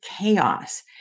chaos